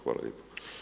Hvala lijepa.